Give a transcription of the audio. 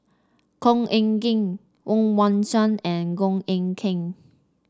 Khor Ean Ghee Woon Wah Siang and Goh Eck Kheng